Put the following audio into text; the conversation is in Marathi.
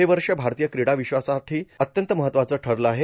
हे वर्ष भारतीय क्रीडा विश्वासाठी अत्यंत महत्वाचं ठरलं आहे